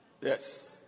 Yes